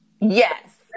Yes